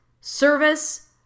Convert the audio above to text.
service